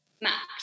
max